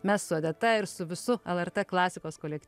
mes su odeta ir su visu lrt klasikos kolektyvu labai